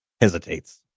hesitates